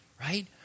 right